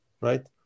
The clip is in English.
right